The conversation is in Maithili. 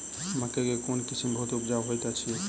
मकई केँ कोण किसिम बहुत उपजाउ होए तऽ अछि?